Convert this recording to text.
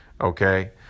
Okay